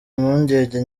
impungenge